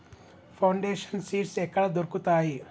Foundation seeds ఎక్కడ దొరుకుతాయి?